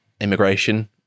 immigration